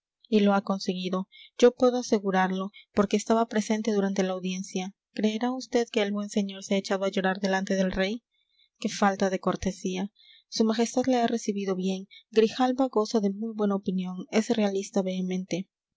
y lo ha conseguido yo puedo asegurarlo porque estaba presente durante la audiencia creerá vd que el buen señor se ha echado a llorar delante del rey qué falta de cortesía su majestad le ha recibido bien grijalva goza de muy buena opinión es realista vehemente